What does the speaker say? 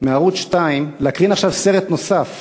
מערוץ 2 להקרין עכשיו סרט נוסף